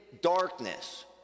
darkness